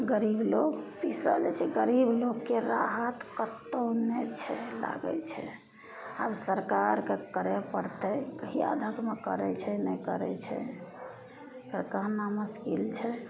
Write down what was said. गरीब लोग पीसल जाइ छै गरीब लोगके राहत कतहु नहि छै लागय छै आब सरकारके करय पड़तय कहिया धरिमे करय छै नहि करय छै तऽ कहना मुश्किल छै